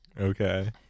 Okay